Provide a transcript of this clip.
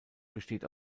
besteht